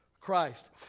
Christ